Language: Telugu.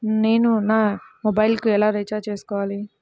నేను నా మొబైల్కు ఎలా రీఛార్జ్ చేసుకోవాలి?